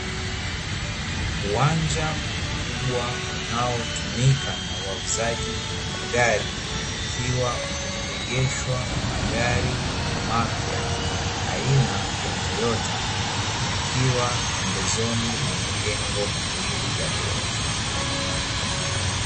Uwanja mkubwa unaotumika na wauzaji wa magari, ukiwa umeegeshwa magari mapya aina ya toyota yakiwa pembezoni mwa majengo mawili ya ghorofa.